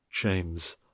James